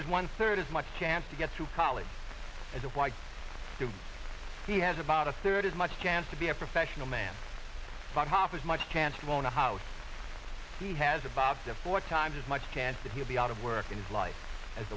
has one third as much chance to get to college as whites do he has about a third as much chance to be a professional man but half as much chance to own a house c has about four times as much chance that he'll be out of work in his life as